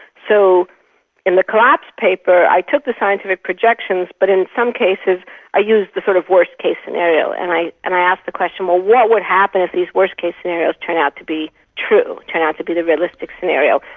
so in the collapse paper i took the scientific projections but in some cases i used the sort of worst case scenario and i and i asked the question, well, what would happen if these worst-case scenarios turn out to be true, turn out to be the realistic scenario?